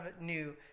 new